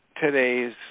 today's